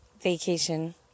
vacation